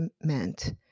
meant